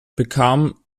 bekam